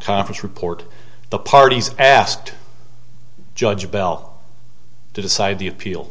conference report the parties asked judge bell to decide the appeal